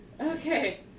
Okay